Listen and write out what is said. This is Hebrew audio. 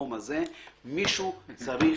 מישהו צריך